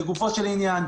לגופו של עניין.